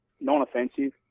non-offensive